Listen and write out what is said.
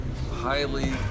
highly